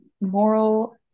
moral